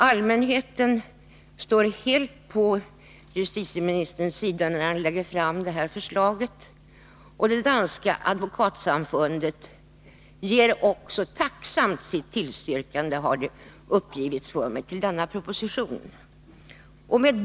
Allmänheten står helt på justitieministerns sida när denne lägger fram detta förslag, och även det danska advokatsamfundet ger, enligt vad det har uppgivits för mig, tacksamt sitt tillstyrkande av förslagen i propositionen.